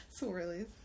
Swirlies